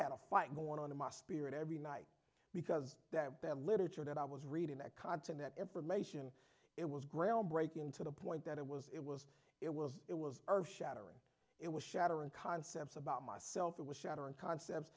had a fight going on in my spirit every night because that literature that i was reading that content that information it was groundbreaking to the point that it was it was it was it was earth shattering it was shattering concepts about myself it was shattering concepts